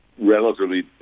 relatively